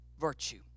virtue